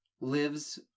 lives